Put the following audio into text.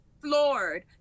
floored